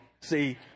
See